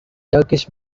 turkish